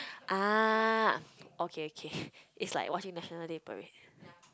ah okay okay it's like watching National Day Parade